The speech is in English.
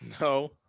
No